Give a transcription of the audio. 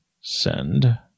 send